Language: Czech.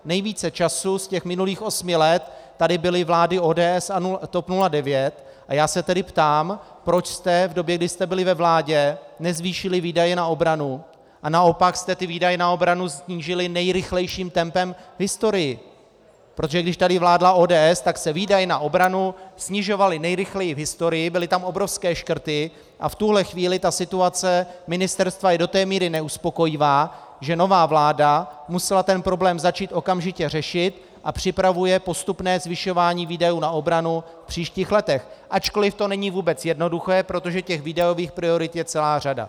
Nejvíce času z minulých osmi let tady byly vlády ODS a TOP 09, a já se tedy ptám, proč jste v době, kdy jste byli ve vládě, nezvýšili výdaje na obranu, a naopak jste ty výdaje na obranu snížili nejrychlejším tempem v historii, protože když tady vládla ODS, tak se výdaje na obranu snižovaly nejrychleji v historii, byly tam obrovské škrty a v tuhle chvíli situace ministerstva je do té míry neuspokojivá, že nová vláda musela tento problém začít okamžitě řešit a připravuje postupné zvyšování výdajů na obranu v příštích letech, ačkoliv to není vůbec jednoduché, protože výdajových priorit je celá řada.